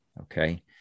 Okay